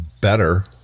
better